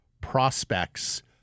prospects